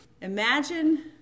imagine